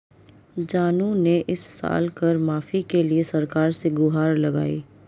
जानू ने इस साल कर माफी के लिए सरकार से गुहार लगाई